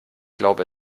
glaube